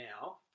now